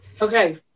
Okay